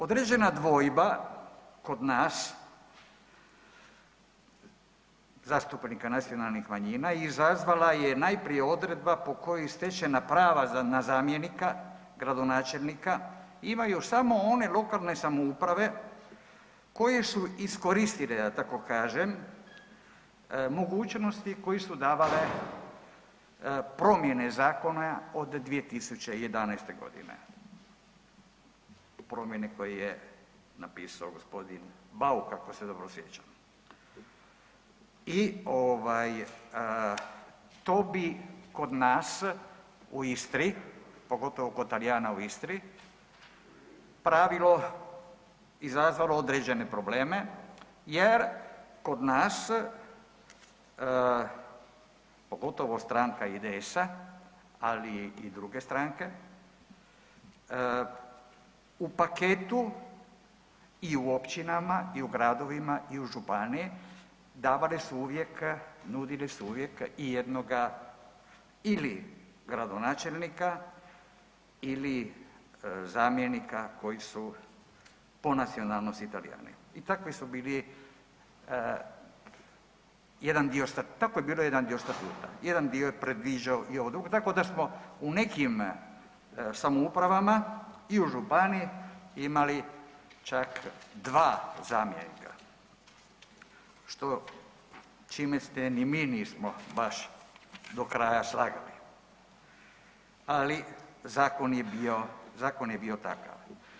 Određena dvojba kod nas zastupnika nacionalnih manjina izazvala je najprije odredba po kojoj stečena prava na zamjenika gradonačelnika imaju samo one lokalne samouprave koje su iskoristile mogućnosti koje su davale promjene zakona od 2011.g., promjene koje je napisao gospodin Bauk ako se dobro sjećam i to bi kod nas u Istri, pogotovo kod Talijana u Istri pravilo izazvalo određene probleme jer kod nas, pogotovo stranka IDS-a, ali i druge stranke, u paketu i u općinama i u gradovima i u županiji davali su uvijek, nudili su uvijek i jednoga ili gradonačelnika ili zamjenika koji su po nacionalnosti Talijani i takav je bio jedan dio statuta, jedan dio je predviđao i ovo drugo, tako da smo u nekim samoupravama i u županiji imali čak dva zamjenika čime se ni mi nismo baš do kraja slagali, ali zakon je bio takav.